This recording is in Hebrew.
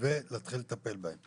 ולהתחיל לטפל בהם.